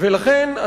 לכן,